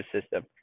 system